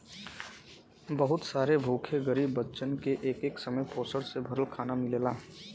बहुत सारे भूखे गरीब बच्चन के एक समय पोषण से भरल खाना मिलला